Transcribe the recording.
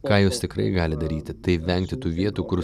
ką jūs tikrai galit daryti tai vengti tų vietų kur